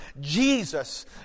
Jesus